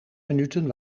minuten